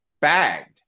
bagged